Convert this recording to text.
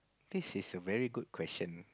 this is a very good question